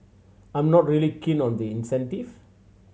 I'm not really keen on the incentive